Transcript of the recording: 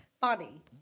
funny